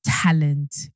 talent